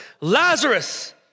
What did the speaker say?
Lazarus